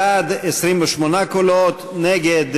בעד, 28 קולות, נגד,